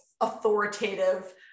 authoritative